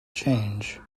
change